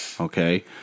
Okay